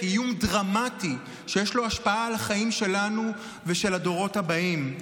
איום דרמטי שיש לו השפעה על החיים שלנו ושל הדורות הבאים.